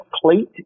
plate